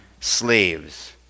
slaves